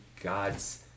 God's